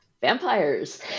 Vampires